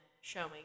showing